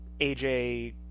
AJ